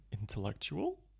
Intellectual